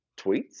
tweets